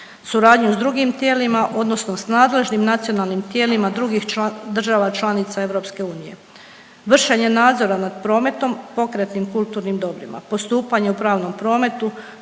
suradnju sa drugim tijelima, odnosno sa nadležnim nacionalnim tijelima drugih članica država članica EU, vršenja nadzora nad prometom, pokretnim kulturnim dobrima, postupanje u pravnom prometu